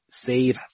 save